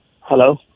Hello